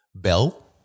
Bell